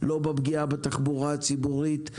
לא בפגיעה בתחבורה הציבורית,